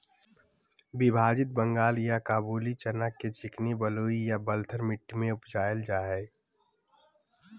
विभाजित बंगाल या काबूली चना के चिकनी बलुई या बलथर मट्टी में उपजाल जाय हइ